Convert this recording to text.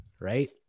Right